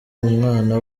umwana